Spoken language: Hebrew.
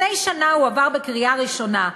לפני שנה הוא עבר בקריאה ראשונה,